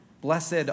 Blessed